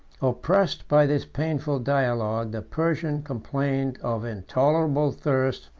oppressed by this painful dialogue, the persian complained of intolerable thirst,